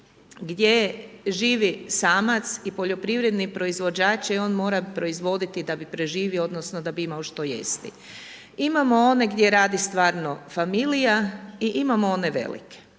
gdje živi samac i poljoprivredni proizvođač i on mora proizvoditi da bi preživio, odnosno da bi imao što jesti. Imamo one gdje radi stvarno familija i imamo one velike.